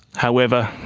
however,